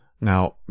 Now